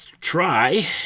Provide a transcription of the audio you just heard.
try